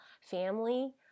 family